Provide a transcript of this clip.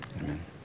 Amen